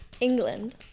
england